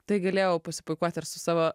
tai galėjau pasipuikuoti ir su savo